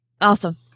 Awesome